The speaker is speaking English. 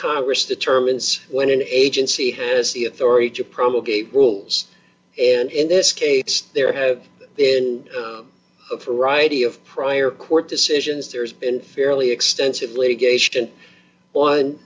congress determines when an agency has the authority to probably rules and in this case there have been a variety of prior court decisions there's been fairly extensively